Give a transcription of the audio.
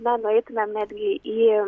na nueitumėm netgi į